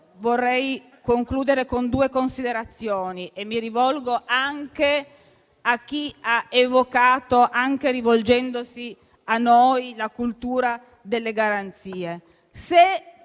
il mio intervento con due considerazioni e mi rivolgo anche a chi ha evocato, anche rivolgendosi a noi, la cultura delle garanzie.